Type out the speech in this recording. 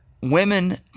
women